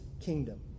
kingdom